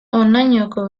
honainoko